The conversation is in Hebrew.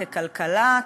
ככלכלה,